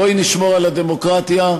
בואי נשמור על הדמוקרטיה.